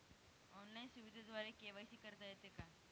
Online सुविधेद्वारे KYC करता येते का?